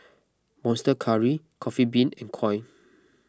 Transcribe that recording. Monster Curry Coffee Bean and Koi